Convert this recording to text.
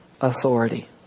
authority